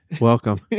welcome